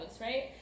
right